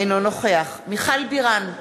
אינו נוכח מיכל בירן,